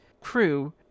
crew